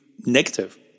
negative